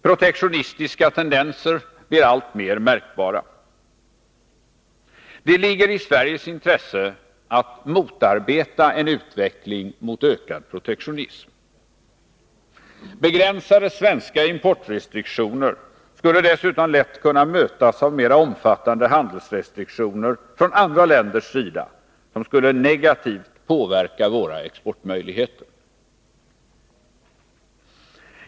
Protektionistiska tendenser blir alltmer märkbara. Det ligger i Sveriges intresse att motarbeta en utveckling mot ökad protektionism. Begränsade svenska importrestriktioner skulle dessutom lätt kunna mötas av mera omfattande handelsrestriktioner från andra länders sida, som negativt skulle påverka våra exportmöjligheter.